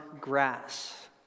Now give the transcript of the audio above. grass